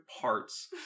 parts